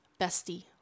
bestie